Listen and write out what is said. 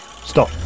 Stop